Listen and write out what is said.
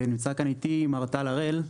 נמצא כאן איתי מר טל הראל,